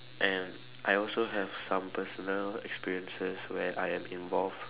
and I also have some personal experiences where I am involved